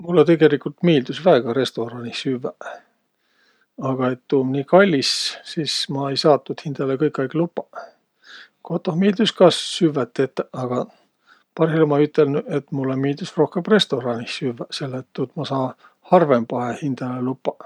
Mullõ tegeligult miildüs väega restoraanih süvväq, aga et tuu um nii kallis, sis ma ei saaq tuud hindäle kõik aig lupaq. Kotoh miildüs ka süvväq tetäq, aga parhilla ma ütelnüq, et mullõ miildüs rohkõmb restoraanih süvväq, selle et tuud ma saa harvõmbahe hindäle lupaq.